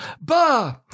Bah